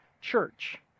church